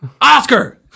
Oscar